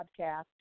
podcast